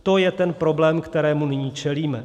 To je ten problém, kterému nyní čelíme.